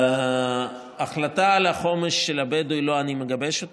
את ההחלטה על החומש של הבדואים לא אני מגבש,